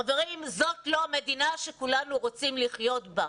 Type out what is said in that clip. חברים, זאת לא המדינה שכולנו רוצים לחיות בה.